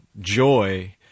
joy